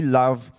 love